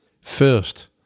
First